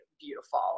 beautiful